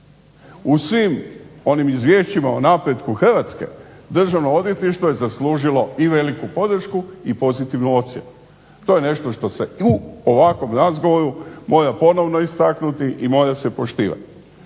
U svim onim izvješćima o napretku Hrvatske Državno odvjetništvo je zaslužilo i veliku podršku i pozitivnu ocjenu. To je nešto što se u ovakvom razgovoru mora ponovno istaknuti i mora se poštivati.